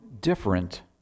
different